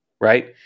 right